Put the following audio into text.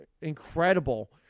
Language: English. incredible